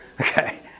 okay